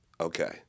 Okay